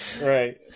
Right